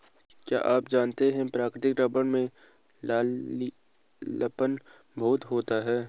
क्या आप जानते है प्राकृतिक रबर में लचीलापन बहुत होता है?